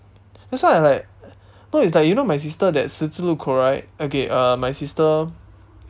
that's why I like no it's like you know my sister that 十字路口 right okay uh my sister